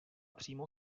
přímo